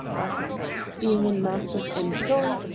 but being in master's employ,